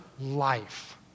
life